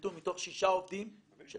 שלושה עובדים נקלטו מתוך שישה עובדים.